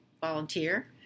volunteer